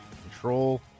control